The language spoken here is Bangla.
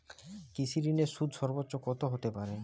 কৃষিঋণের সুদ সর্বোচ্চ কত হতে পারে?